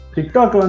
TikTok